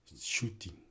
shooting